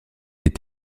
est